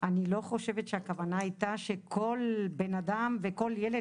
אני לא חושבת שהכוונה הייתה שכל בן אדם וכל ילד